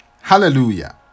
Hallelujah